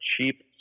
cheap